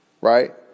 Right